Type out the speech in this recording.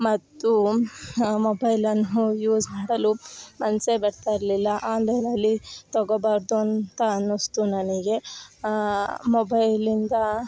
ಮತ್ತು ಮೊಬೈಲನ್ನು ಯೂಸ್ ಮಾಡಲು ಮನಸೇ ಬರ್ತಾ ಇರಲಿಲ್ಲ ಆನ್ಲೈನಲ್ಲಿ ತಗೋಬಾರದು ಅಂತ ಅನ್ನಿಸ್ತು ನನಗೆ ಮೊಬೈಲಿಂದ